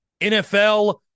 NFL